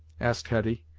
asked hetty,